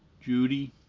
Judy